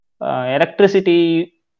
Electricity